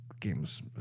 Games